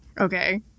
Okay